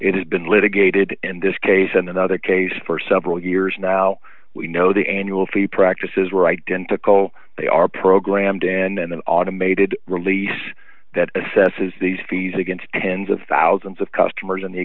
it has been litigated in this case and another case for several years now we know the annual fee practices were identical they are programmed and then an automated release that assesses these fees against tens of thousands of customers in the